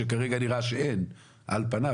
שכרגע נראה שאין על פניו?